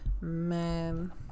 man